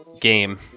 Game